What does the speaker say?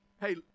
hey